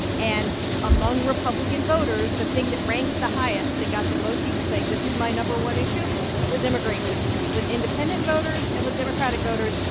and among republican voters, the thing that ranked the highest that got the most people saying this is my no. one issue was immigration. with independent voters and with democratic voters,